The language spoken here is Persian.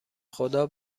خدا